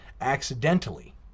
accidentally